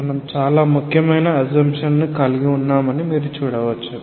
మనం చాలా ముఖ్యమైన అస్సమ్షన్ ను కలిగి ఉన్నామని మీరు చూడవచ్చు